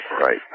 right